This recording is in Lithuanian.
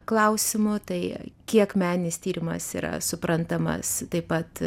klausimu tai kiek meninis tyrimas yra suprantamas taip pat